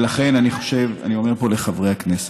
ולכן אני אומר פה לחברי הכנסת: